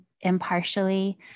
impartially